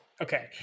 Okay